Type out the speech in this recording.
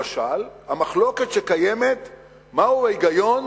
למשל, המחלוקת שקיימת בשאלה מה הוא ההיגיון